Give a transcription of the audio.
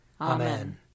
Amen